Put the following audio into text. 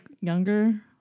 younger